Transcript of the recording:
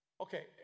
Okay